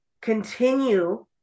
continue